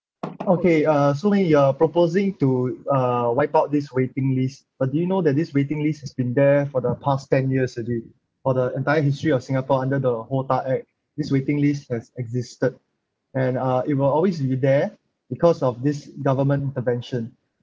okay uh so we are proposing to uh wipe out this waiting list but did you know that this waiting list has been there for the past ten years already for the entire history of singapore under the HOTA act this waiting list has existed and uh it will always be there because of this government intervention